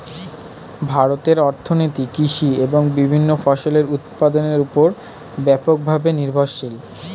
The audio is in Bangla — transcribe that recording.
ভারতের অর্থনীতি কৃষি এবং বিভিন্ন ফসলের উৎপাদনের উপর ব্যাপকভাবে নির্ভরশীল